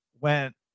went